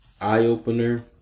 eye-opener